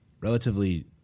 relatively